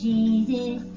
Jesus